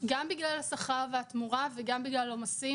גם בגלל השכר והתמורה וגם בגלל עומסים